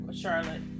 charlotte